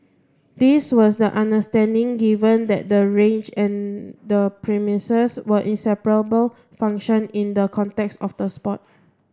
this was the understanding given that the range and the premises were inseparable function in the context of the sport